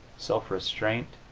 self-restraint,